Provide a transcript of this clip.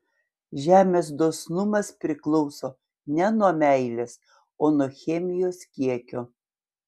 žemės dosnumas priklauso ne nuo meilės o nuo chemijos kiekio